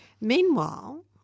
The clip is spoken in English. Meanwhile